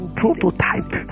prototype